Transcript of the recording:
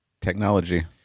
Technology